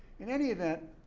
in any event,